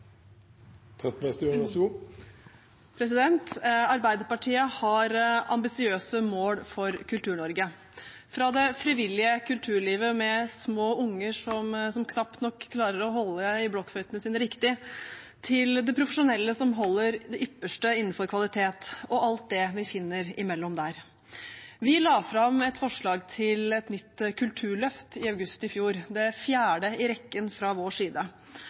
disse midlene. Så det ønsker vi å opprettholde. Replikkordskiftet er dermed omme. Arbeiderpartiet har ambisiøse mål for Kultur-Norge – fra det frivillige kulturlivet med små barn som knapt nok klarer å holde blokkfløytene sine riktig, til det profesjonelle som holder det ypperste innenfor kvalitet, og alt det vi finner imellom der. Vi la fram et forslag til et nytt kulturløft i august i fjor – det fjerde i rekken fra vår side